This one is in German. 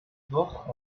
fluch